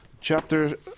chapter